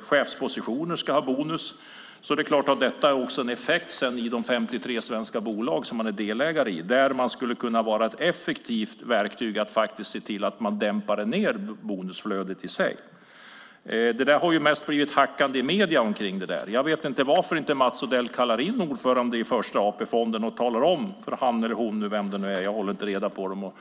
chefer ska ha bonus får det effekt i de 53 svenska bolag som man är delägare till. Där skulle man kunna utgöra ett effektivt verktyg och se till att man dämpade ned bonusflödet. Det har mest blivit ett hackande i medierna kring det där. Jag vet inte varför Mats Odell inte kallar in ordföranden i Första AP-fonden och talar om det här för honom eller henne, vem det nu är - jag håller inte reda på dem.